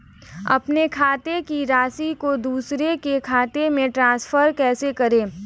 अपने खाते की राशि को दूसरे के खाते में ट्रांसफर कैसे करूँ?